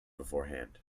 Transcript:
beforehand